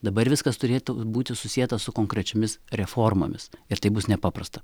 dabar viskas turėtų būti susieta su konkrečiomis reformomis ir tai bus nepaprasta